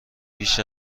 بیش